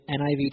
NIV